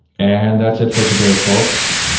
and, that's it for today, folks.